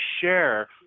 share